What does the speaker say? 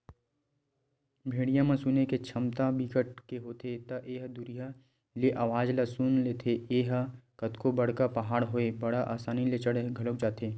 भेड़िया म सुने के छमता बिकट के होथे ए ह दुरिहा ले अवाज ल सुन लेथे, ए ह कतको बड़का पहाड़ होवय बड़ असानी ले चढ़ घलोक जाथे